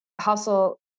hustle